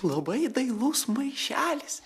labai dailus maišelis